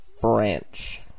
french